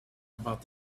about